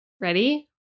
Ready